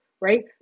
Right